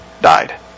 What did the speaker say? died